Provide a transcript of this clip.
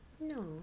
No